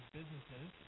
businesses